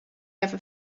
ever